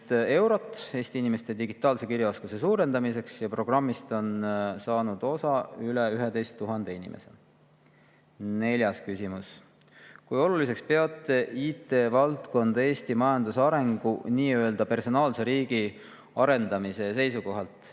Eesti inimeste digitaalse kirjaoskuse suurendamiseks ja programmist on saanud osa üle 11 000 inimese. Neljas küsimus: "Kui oluliseks peate IT-valdkonda Eesti majandusarengu ja nii-öelda personaalse riigi arendamise seisukohalt?"